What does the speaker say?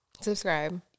Subscribe